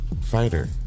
fighter